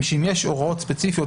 אם יש הוראות ספציפיות,